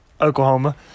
Oklahoma